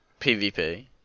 PvP